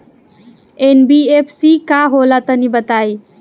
NBFC का होला तनि बताई?